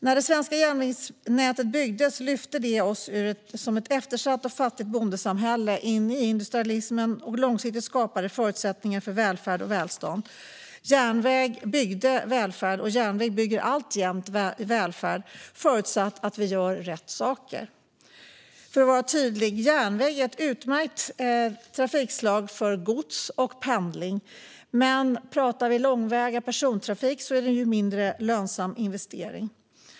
När det svenska järnvägsnätet byggdes lyfte det oss som ett eftersatt och fattigt bondesamhälle in i industrialismen, och långsiktigt skapade det förutsättningar för välfärd och välstånd. Järnväg byggde välfärd, och järnväg bygger alltjämt välfärd, förutsatt att vi gör rätt saker. Låt mig vara tydlig. Järnväg är ett utmärkt trafikslag för gods och pendling, men pratar vi långväga persontrafik är det en mindre lönsam investering.